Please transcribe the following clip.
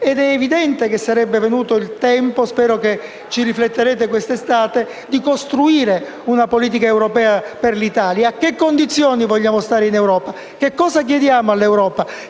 È evidente che è venuto il tempo - spero ci rifletterete quest'estate - di costruire una politica europea per l'Italia. A che condizioni vogliamo stare in Europa? Che cosa chiediamo all'Europa?